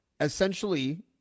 essentially